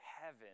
heaven